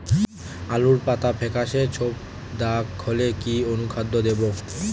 আলুর পাতা ফেকাসে ছোপদাগ হলে কি অনুখাদ্য দেবো?